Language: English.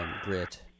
grit